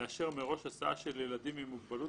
לאשר מראש הסעה של ילדים עם מוגבלות